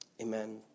amen